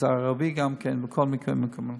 במגזר הערבי גם כן, בכל מיני מקומות.